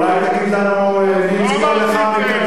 אולי תגיד לנו מי הצביע לך מקדימה.